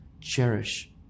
cherish